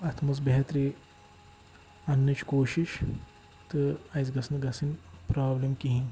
اَتھ منٛز بہتری اَننٕچ کوٗشِش تہٕ اسہِ گٔژھ نہٕ گَژھٕنۍ پرٛابلِم کِہیٖنۍ